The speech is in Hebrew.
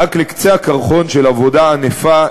רק לקצה הקרחון של עבודה ענפה,